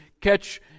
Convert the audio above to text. catch